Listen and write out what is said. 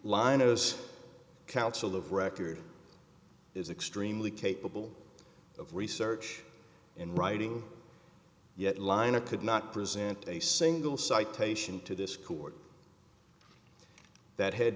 linus counsel of record is extremely capable of research in writing yet liner could not present a single citation to this court that h